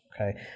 okay